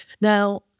Now